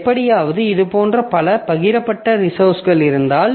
எப்படியாவது இதுபோன்ற பல பகிரப்பட்ட ரிசோர்ஸ் இருந்தால்